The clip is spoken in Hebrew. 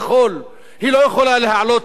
היא לא יכולה להעלות מס